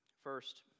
First